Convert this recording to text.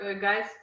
guys